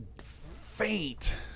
faint